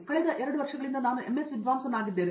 ಕಳೆದ 2 ವರ್ಷಗಳಿಂದ ನಾನು ಎಂಎಸ್ ವಿದ್ವಾಂಸನಾಗಿದ್ದೇನೆ